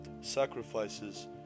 sacrifices